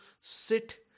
sit